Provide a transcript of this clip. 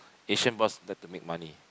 Asian boss tend to make money